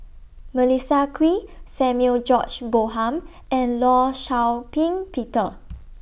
Melissa Kwee Samuel George Bonham and law Shau Ping Peter